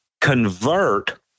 convert